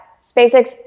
SpaceX